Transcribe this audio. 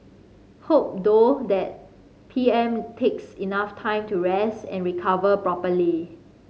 hope though that P M takes enough time to rest and recover properly